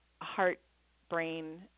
heart-brain